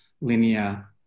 linear